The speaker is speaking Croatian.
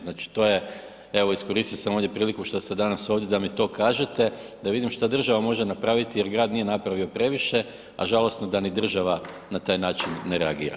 Znači, to je, evo iskoristio sam ovdje priliku što ste danas ovdje da mi to kažete da vidim šta država može napraviti jer grad nije napravio previše, a žalosno da ni država na taj način ne reagira.